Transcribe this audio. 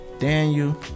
Daniel